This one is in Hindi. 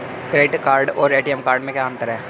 क्रेडिट कार्ड और ए.टी.एम कार्ड में क्या अंतर है?